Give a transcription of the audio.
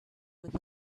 with